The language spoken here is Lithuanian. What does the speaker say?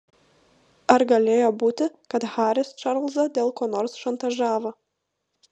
ar galėjo būti kad haris čarlzą dėl ko nors šantažavo